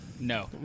No